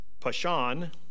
Pashan